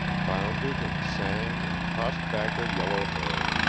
bounded and sang and tossed back her yellow hair.